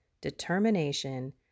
determination